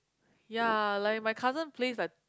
ya like my cousin plays like